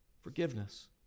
Forgiveness